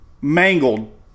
mangled